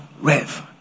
Rev